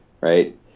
right